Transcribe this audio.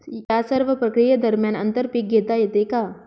या सर्व प्रक्रिये दरम्यान आंतर पीक घेता येते का?